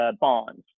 bonds